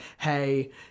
Hey